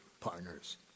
partners